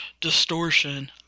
distortion